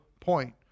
point